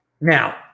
Now